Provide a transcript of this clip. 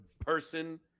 person